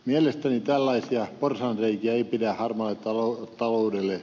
mielestäni tällaisia porsaanreikiä ei pidä harmaalle taloudelle antaa